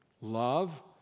love